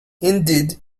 indeed